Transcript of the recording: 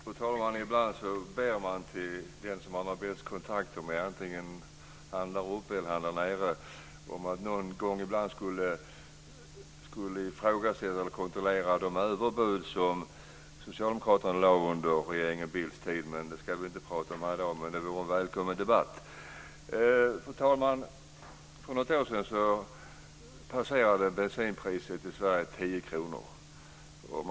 Fru talman! Ibland ber man till den som man har bäst kontakter med - antingen till honom där uppe eller till honom där nere - om att någon någon gång skulle ifrågasätta eller kontrollera de överbud som Det ska vi inte prata om här i dag, men det är en välkommen debatt. Fru talman! För något år sedan passerade bensinpriset i Sverige 10 kr per liter.